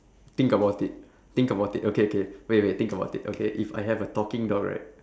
think about it think about it okay okay wait wait think about it okay if I have a talking dog right